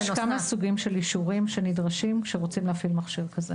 יש כמה סוגים של אישורים שנדרשים כשרוצים להפעיל מכשיר כזה.